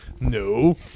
No